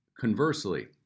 conversely